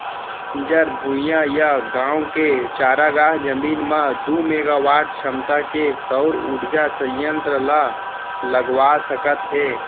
बंजर भुइंयाय गाँव के चारागाह जमीन म दू मेगावाट छमता के सउर उरजा संयत्र ल लगवा सकत हे